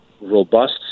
robust